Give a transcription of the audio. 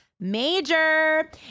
major